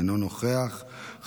אינו נוכח,